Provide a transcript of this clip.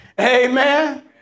Amen